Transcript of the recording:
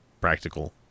practical